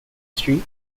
street